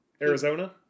Arizona